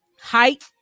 height